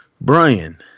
Brian